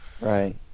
right